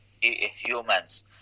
humans